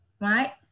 right